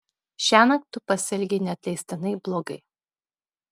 šiąnakt tu pasielgei neatleistinai blogai